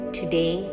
today